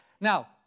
Now